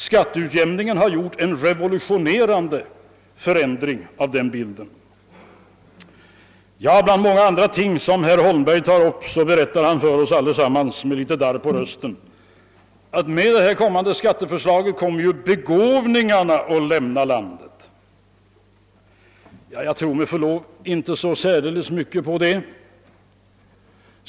Skatteutjämningen har inneburit en revolutionerande förändring av bilden. Förutom många andra ting berättade herr Holmberg för oss allesammans med litet darr på rösten att det kommande skatteförslaget kommer att medföra att begåvningarna lämnar landet. Jag tror med förlov sagt inte särdeles mycket på detta.